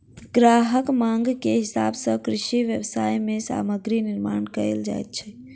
ग्राहकक मांग के हिसाब सॅ कृषि व्यवसाय मे सामग्री निर्माण कयल जाइत अछि